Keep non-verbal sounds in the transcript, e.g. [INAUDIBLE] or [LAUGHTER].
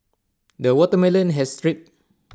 the watermelon has [UNINTELLIGIBLE]